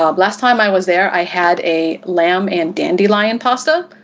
um last time i was there, i had a lamb and dandelion pasta,